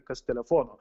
kas telefono